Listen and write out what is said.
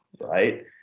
right